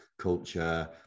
culture